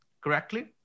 correctly